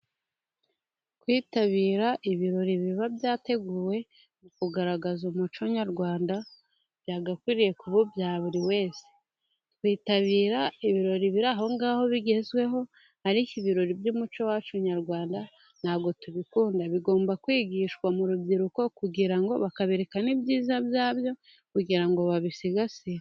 Kwitabira ibirori biba byateguwe, mu kugaragaza umuco nyarwanda, byagakwiriye kuba ibya buri wese. Twitabira ibirori biri ahongaho bigezweho, ariko ibirori by'umuco wacu nyarwanda ntabwo tubikunda. Bigomba kwigishwa mu rubyiruko, kugira ngo bakabereka n'ibyiza byabyo, kugira ngo babisigasire.